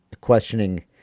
questioning